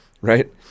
right